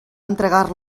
entregar